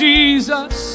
Jesus